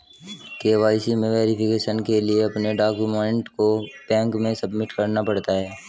KYC में verification के लिए अपने डाक्यूमेंट को बैंक में सबमिट करना पड़ता है